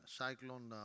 cyclone